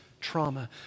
trauma